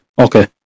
Okay